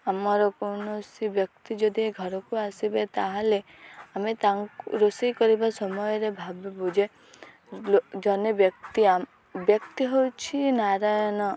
ଆମର କୌଣସି ବ୍ୟକ୍ତି ଯଦି ଘରକୁ ଆସିବେ ତା'ହେଲେ ଆମେ ତାଙ୍କୁ ରୋଷେଇ କରିବା ସମୟରେ ଭାବିବୁ ଯେ ଜଣେ ବ୍ୟକ୍ତି ବ୍ୟକ୍ତି ହେଉଛି ନାରାୟଣ